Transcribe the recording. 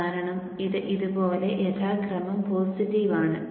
കാരണം ഇത് ഇതുപോലെ യഥാക്രമം പോസിറ്റീവ് ആണ്